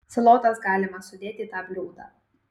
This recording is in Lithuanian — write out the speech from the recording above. salotas galima sudėt į tą bliūdą